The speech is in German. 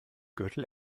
gürtel